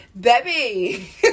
baby